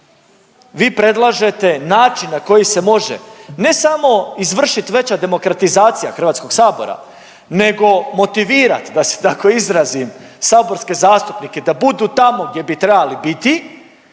vi predlažete način na koji se može, ne samo izvršit veća demokratizacija Hrvatskog sabora, nego motivirat, da se tako izrazim saborske zastupnike da budu tamo gdje bi trebali biti